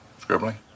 scribbling